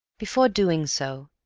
before doing so,